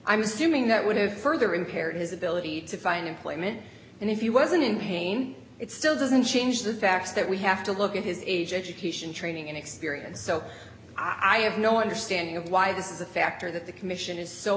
i'm assuming that would have further impaired his ability to find employment and if you wasn't in pain it still doesn't change the facts that we have to look at his age education training and experience so i have no understanding of why this is a factor that the commission is so